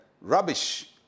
rubbish